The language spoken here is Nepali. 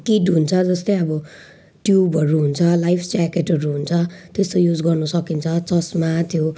किट हुन्छ जस्तै अब ट्युबहरू हुन्छ लाइभ्स ज्याकेटहरू हुन्छ त्यस्तो युज गर्नुसकिन्छ चस्मा त्यो